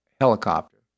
helicopter